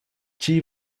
tgi